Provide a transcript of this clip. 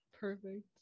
Perfect